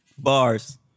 Bars